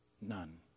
none